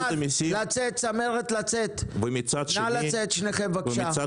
צמרת נא לצאת שניכם בבקשה.